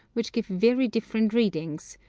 which give very different readings,